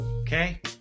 Okay